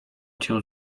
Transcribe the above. cię